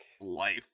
life